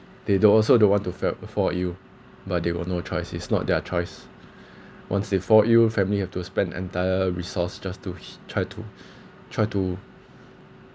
they don't also don't want to failed before you but they got no choice is not their choice once they fault you family have to spend entire resource just to he~ try to try to